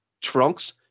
trunks